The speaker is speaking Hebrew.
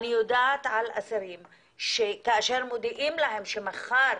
אני יודעת על אסירים שכאשר מודיעים להם שמחר